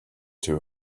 too